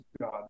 God